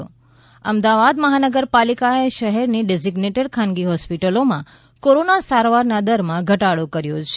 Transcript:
ૈ અમદાવાદ મહાનગરપાલિકાએ શહેરની ડેઝીઝેટેડ ખાનગી હોસ્પિટલોમાં કોરોના સારવારના દરમાં ઘટાડો કર્યો છે